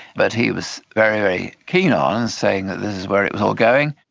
but he was very, very keen on, saying that this is where it was all going.